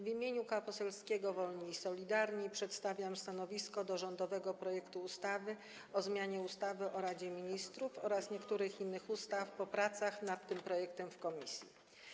W imieniu Koła Poselskiego Wolni i Solidarni przedstawiam stanowisko wobec rządowego projektu ustawy o zmianie ustawy o Radzie Ministrów oraz niektórych innych ustaw po pracach nad tym projektem w komisji.